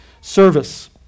Service